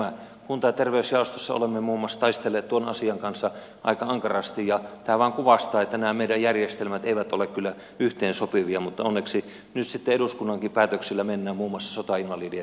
kunta ja terveysjaostossa olemme muun muassa taistelleet tuon asian kanssa aika ankarasti ja tämä vain kuvastaa sitä että nämä meidän järjestelmät eivät ole kyllä yhteensopivia mutta onneksi nyt sitten eduskunnankin päätöksillä mennään muun muassa sotainvalidien asioissa eteenpäin